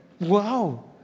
Wow